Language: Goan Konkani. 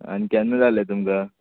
आनी केन्ना जाय आल्हें तुमकां